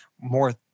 more